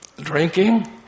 drinking